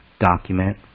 document